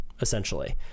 essentially